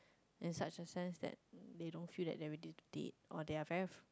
and such a sense that they feel don't that they already dead or they are very